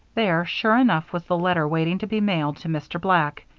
there, sure enough, was the letter waiting to be mailed to mr. black.